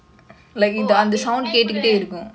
oh after you